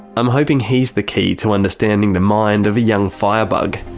i'm hoping he's the key to understanding the mind of a young firebug.